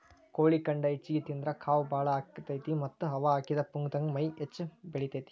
ಕೋಳಿ ಖಂಡ ಹೆಚ್ಚಿಗಿ ತಿಂದ್ರ ಕಾವ್ ಬಾಳ ಆಗತೇತಿ ಮತ್ತ್ ಹವಾ ಹಾಕಿದ ಪುಗ್ಗಾದಂಗ ಮೈ ಹೆಚ್ಚ ಬೆಳಿತೇತಿ